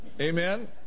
Amen